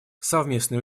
совместные